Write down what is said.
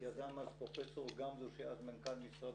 שיזם אז פרופ' גמזו שהיה אז מנכ"ל משרד